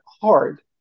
hard